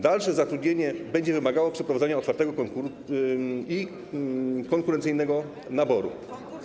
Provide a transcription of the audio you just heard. Dalsze zatrudnienie będzie wymagało przeprowadzenia otwartego i konkurencyjnego naboru.